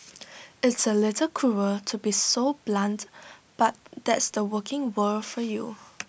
it's A little cruel to be so blunt but that's the working world for you